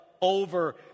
over